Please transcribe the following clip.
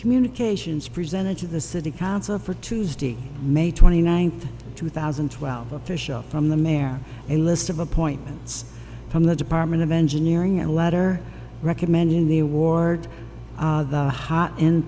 communications presented to the city council for tuesday may twenty ninth two thousand and twelve official from the mare a list of appointments from the department of engineering a letter recommending the award of the hot in